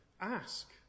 Ask